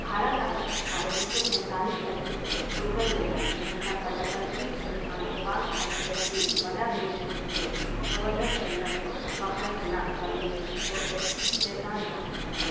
ᱵᱷᱟᱨᱚᱛ ᱟᱨ ᱯᱟᱹᱠᱤᱥᱛᱟᱱ ᱩᱱᱱᱤᱥᱚ ᱥᱟᱸᱭᱛᱟᱞᱞᱤᱥ ᱥᱟᱹᱦᱤᱛᱨᱮ ᱯᱷᱩᱨᱜᱟᱹᱞ ᱞᱮᱱᱟ ᱢᱮᱱᱠᱷᱟᱱ ᱯᱨᱚᱡᱟᱛᱟᱱᱛᱨᱤᱠ ᱥᱚᱝᱵᱤᱫᱷᱟᱱ ᱵᱟᱝ ᱚᱞ ᱦᱟᱹᱵᱤᱡ ᱵᱟᱱᱟᱨ ᱫᱤᱥᱚᱢ ᱨᱮᱜᱮ ᱜᱚᱵᱷᱚᱨᱱᱚᱨ ᱡᱮᱱᱟᱨᱮᱞ ᱵᱟᱦᱟᱞ ᱨᱮᱱᱟᱜ ᱠᱟᱹᱢᱤᱫᱚ ᱞᱮᱛᱟᱲ ᱛᱟᱦᱮᱸᱜ ᱠᱟᱱᱟ